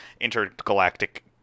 intergalactic